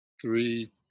three